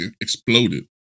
exploded